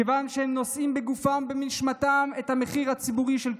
כיוון שהם נושאים בגופם ובנשמתם את המחיר הציבורי של כולנו.